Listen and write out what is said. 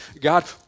God